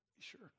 Sure